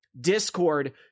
Discord